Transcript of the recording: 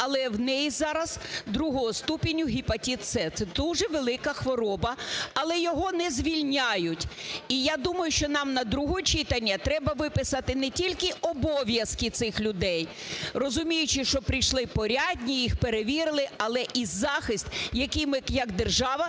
але в неї зараз другого ступеню гепатит С, це дуже велика хвороба, але його не звільняють. І я думаю, що нам на друге читання треба виписати не тільки обов'язки цих людей, розуміючи, що прийшли порядні, їх перевірили, але і захист, як ми як держава